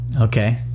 Okay